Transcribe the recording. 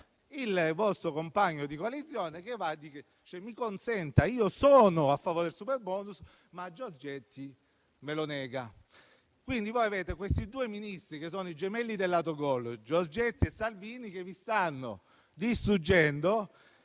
Il vostro compagno di coalizione che dice di essere a favore del superbonus, ma Giorgetti glielo nega. Voi avete questi due Ministri che sono i gemelli dell'autogol, Giorgetti e Salvini, che vi stanno distruggendo,